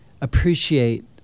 appreciate